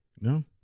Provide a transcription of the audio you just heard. No